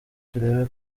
turebe